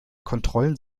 kontrollen